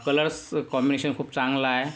colours combination खूप चांगलं आहे